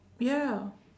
ya